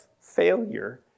failure